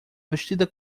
vestida